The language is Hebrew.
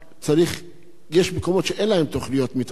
מקומות שאין להם תוכניות מיתאר, צריך תקציב.